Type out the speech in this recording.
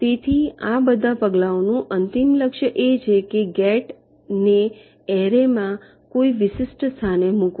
તેથી આ બધા પગલાઓનું અંતિમ લક્ષ્ય એ છે કે ગેટ ને એરે માં કોઈ વિશિષ્ટ સ્થાને મૂકવો